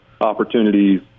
opportunities